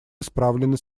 исправлены